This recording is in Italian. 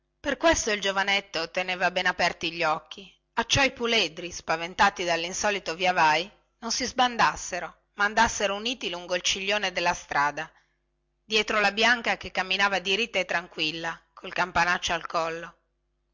per questo il giovanetto teneva ben aperti gli occhi acciò i puledri spaventati dallinsolito via vai non si sbandassero ma andassero uniti lungo il ciglione della strada dietro la bianca che camminava diritta e tranquilla col campanaccio al collo